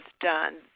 done